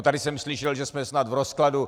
Tady jsem slyšel, že jsme snad v rozkladu.